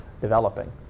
developing